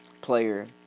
player